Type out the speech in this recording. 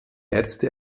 ärzte